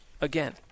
again